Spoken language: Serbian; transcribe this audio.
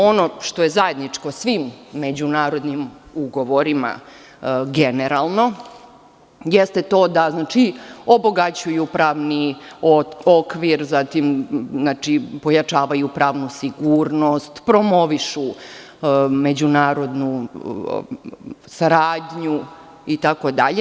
Ono što je zajedničko svim međunarodnim ugovorima generalno, jeste to da obogaćuju pravni okvir, pojačavaju pravnu sigurnost, promovišu međunarodnu saradnju itd.